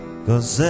cause